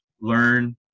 learn